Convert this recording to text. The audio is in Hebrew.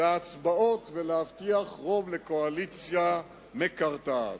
וההצבעות ולהבטיח רוב לקואליציה מקרטעת.